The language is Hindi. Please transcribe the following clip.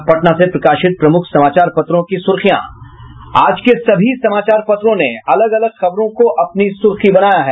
अब पटना से प्रकाशित प्रमुख समाचार पत्रों की सुर्खियां आज के सभी समाचार पत्रों ने अलग अलग खबरों को अपनी सुर्खी बनाया है